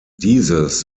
dieses